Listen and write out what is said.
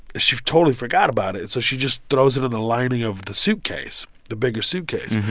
she totally forgot about it. so she just throws it in the lining of the suitcase, the bigger suitcase.